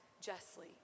justly